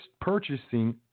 purchasing